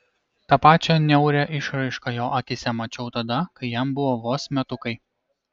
tą pačią niaurią išraišką jo akyse mačiau tada kai jam buvo vos metukai